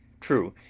true,